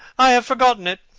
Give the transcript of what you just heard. i have forgotten it.